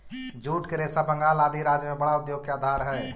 jute के रेशा बंगाल आदि राज्य में बड़ा उद्योग के आधार हई